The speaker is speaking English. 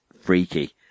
freaky